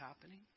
happening